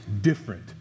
different